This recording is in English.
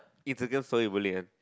it's again boleh uh